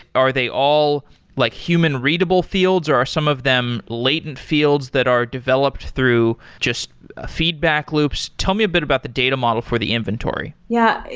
are they all like human readable fields, or are some of them latent fields that are developed through just ah feedback loops? tell me a bit about the data model for the inventory yeah.